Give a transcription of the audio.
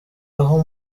aho